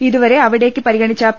ഇതുവരെ അവിടേക്ക് പരിഗണിച്ച പി